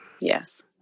Yes